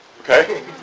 Okay